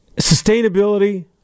sustainability